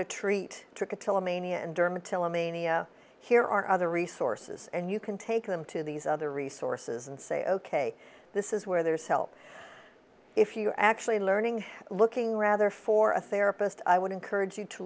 me here are other resources and you can take them to these other resources and say ok this is where there is help if you're actually learning looking rather for a therapist i would encourage you to